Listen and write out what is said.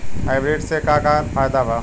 Hybrid से का का फायदा बा?